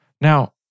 Now